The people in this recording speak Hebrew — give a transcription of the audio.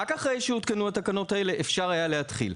רק אחרי שהותקנו התקנות האלה אפשר היה להתחיל.